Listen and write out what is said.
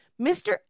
Mr